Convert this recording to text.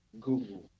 Google